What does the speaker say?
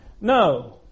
No